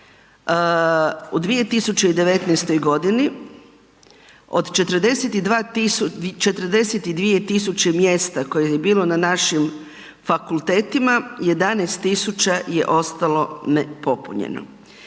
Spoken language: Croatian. u 2019. g. od 42 000 mjesta kojih je bilo na našim fakultetima, 11 000 je ostalo nepopunjeno.